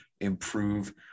improve